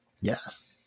Yes